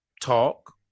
talk